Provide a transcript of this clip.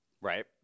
right